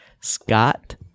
Scott